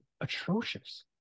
atrocious